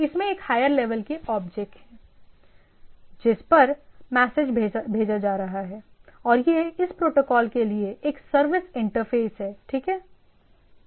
इसमें एक higher level के ऑब्जेक्ट है जिस पर मैसेज भेजा जा रहा है और यह इस प्रोटोकॉल के लिए एक सर्विस इंटरफ़ेस है ठीक है